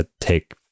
take